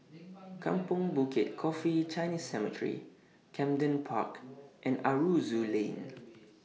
Kampong Bukit Coffee Chinese Cemetery Camden Park and Aroozoo Lane